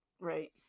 right